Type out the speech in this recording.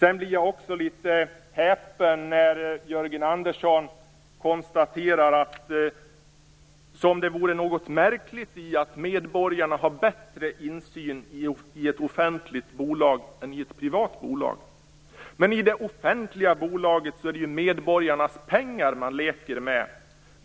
Jag blir också litet häpen när Jörgen Andersson gör konstateranden som om det vore något märkligt i att medborgarna har bättre insyn i ett offentligt bolag än i ett privat bolag. Men i det offentliga bolaget är det ju medborgarnas pengar man leker med.